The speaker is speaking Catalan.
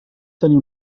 tenir